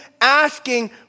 asking